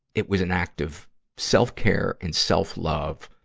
it was an act of self-care and self-love,